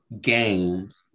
games